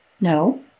No